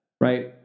right